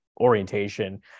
orientation